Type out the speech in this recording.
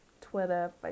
Twitter